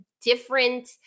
different